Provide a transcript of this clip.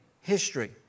history